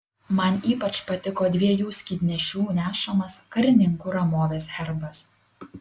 man ypač patiko dviejų skydnešių nešamas karininkų ramovės herbas